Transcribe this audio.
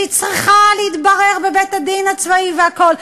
שצריך להתברר בבית-הדין הצבאי והכול,